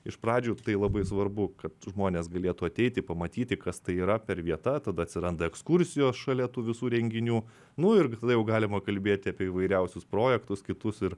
iš pradžių tai labai svarbu kad žmonės galėtų ateiti pamatyti kas tai yra per vieta tada atsiranda ekskursijos šalia tų visų renginių nu ir tada jau galima kalbėti apie įvairiausius projektus kitus ir